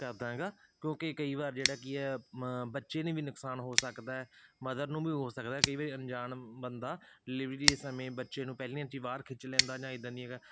ਕਰਦਾ ਹੈਗਾ ਕਿਉਂਕਿ ਕਈ ਵਾਰ ਜਿਹੜਾ ਕੀ ਆ ਬੱਚੇ ਨੂੰ ਵੀ ਨੁਕਸਾਨ ਹੋ ਸਕਦਾ ਮਦਰ ਨੂੰ ਵੀ ਹੋ ਸਕਦਾ ਕਈ ਵਾਰੀ ਅਣਜਾਣ ਬੰਦਾ ਡੀਲਿਵਰੀ ਸਮੇਂ ਬੱਚੇ ਨੂੰ ਪਹਿਲਿਆਂ 'ਚ ਹੀ ਬਾਹਰ ਖਿੱਚ ਲੈਂਦਾ ਜਾਂ ਇੱਦਾਂ ਦੀਆਂ